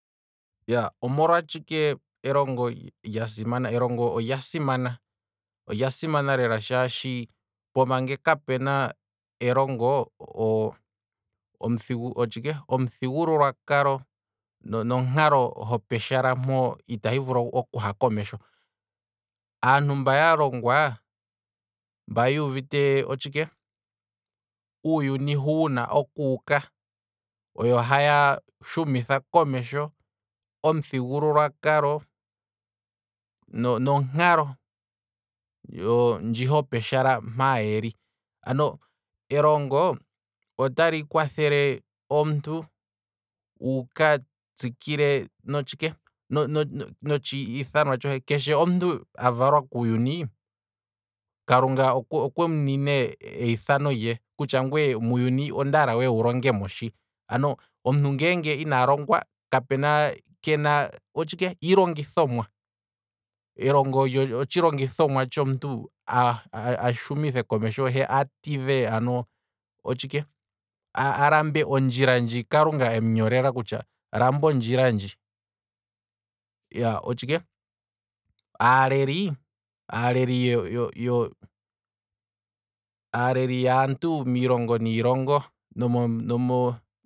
Iyaaa omolwa tshike elongo lyasimana, elongo olya simana, olya simna lela shaashi, poyima nge kapuna elongo otshike, omuthigululwa kalo, nonkalo hopeshala mpo ita hi vulu okuha komesho, aantu mba yalongwa, yuuvite uuyuni hu wuna okuuka, oyo haya shumitha komesho omuthigululwakalo nonkalo ndji ho peshala mpaa yeli, ano elongo otali kwathele omuntu, wuka tsikile no- no- no tshiithanwa tshohe. keshe omuntu avalwa kuuyuni, kalunga okumunine eyithano lye kutya ngweye muuyuni ondaala we wulonge mo shi, ano omuntu ngeenge ina longwa, kapuna, kena iilongithomwa, elongo olyo otshilongithomwa muuyuni omuntu ashumithe komesho he a tidhe ano, otshike, alambe ondjila ndji kalunga emunyolela kutya lamba ondjila ndji, iyaa, otshike aaleli. aaleli yo- yo- yo aaleli yaantu miilongo niilongo